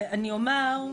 אני אומר,